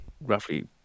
roughly